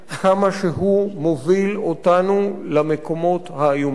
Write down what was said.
שהוא מוביל אותנו למקומות האיומים ביותר.